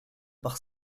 par